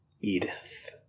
Edith